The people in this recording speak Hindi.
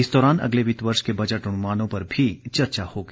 इस दौरान अगले वित्त वर्ष के बजट अनुमानों पर भी चर्चा होगी